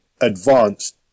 advanced